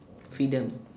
freedom